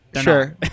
sure